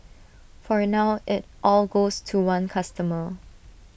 for now IT all goes to one customer